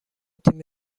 تیم